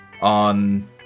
on